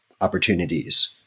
opportunities